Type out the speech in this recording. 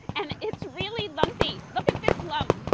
and it's really bumpy. look at this lump.